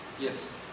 Yes